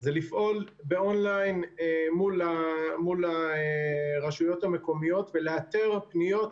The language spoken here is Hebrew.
זה לפעול באון-ליין מול הרשויות המקומיות ולאתר פניות,